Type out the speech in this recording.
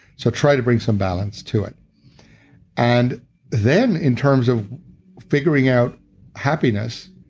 so try to bring some balance to it and then in terms of figuring out happiness,